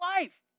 life